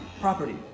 property